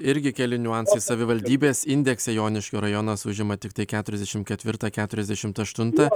irgi keli niuansai savivaldybės indekse joniškio rajonas užima tiktai keturiasdešimt ketvirtą keturiasdešimt aštuntą